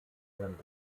sind